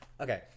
Okay